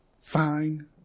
Fine